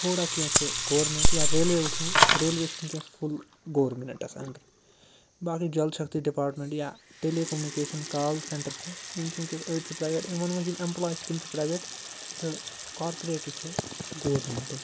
تھوڑا کیٚنٛہہ چھِ گورمیٚنٛٹ یا ریلوے وُچھو ریلوے چھُ وُنکیٚس فُل گورمِنَٹس اَنٛڈَر باقٕے جل شکتی ڈِپارٹمیٚنٹ یا ٹیلی کومنِکیشن کال سیٚنٛٹر چھِ یِم چھِ وُنکیٚس أڑۍ چھِ پرٛایویٹ یِمن منٛز یِم ایٚمپلاے چھِ تِم چھِ پرٛایویٹ تہٕ کارپوریٹ یُس چھُ سُہ چھُ گورمیٚنٹُک